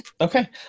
Okay